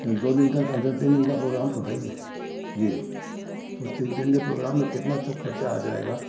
दो दिन का कम से कम तीन दिन का प्रोग्राम तो है ही है जी उस तीन दिन के प्रोग्राम में कितना सब खर्चा आ जाएगा